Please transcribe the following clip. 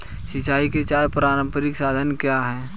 सिंचाई के चार पारंपरिक साधन क्या हैं?